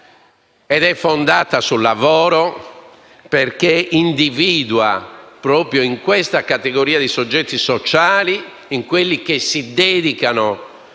fondata sul lavoro» perché individua proprio in questa categoria di soggetti sociali, coloro che si dedicano